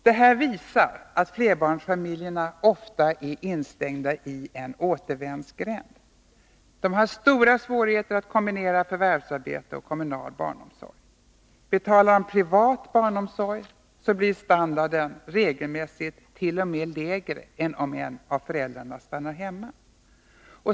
Detta visar att flerbarnsfamiljerna ofta är instängda i en återvändsgränd. De har stora svårigheter att kombinera förvärvsarbete och kommunal barnomsorg. Betalar de privat barnomsorg med skatt och arbetsgivaravgifter blir standarden regelmässigt t.o.m. lägre än om en av föräldrarna stannar hemma.